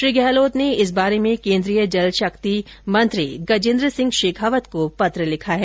श्री गहलोत ने इस बारे में केन्द्रीय जल शक्ति मंत्री गजेन्द्र सिंह शेखावत को पत्र लिखा है